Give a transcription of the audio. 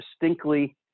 distinctly